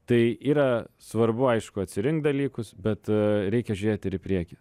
tai yra svarbu aišku atsirinkt dalykus bet reikia žiūrėt ir į priekį